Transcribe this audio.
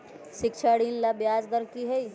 शिक्षा ऋण ला ब्याज दर कि हई?